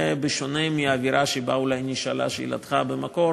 ובשונה מהאווירה שבה אולי נשאלה שאלתך במקור,